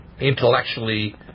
intellectually